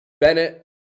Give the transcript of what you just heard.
Bennett